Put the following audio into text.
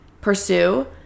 pursue